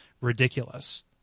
ridiculous